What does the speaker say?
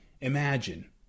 imagine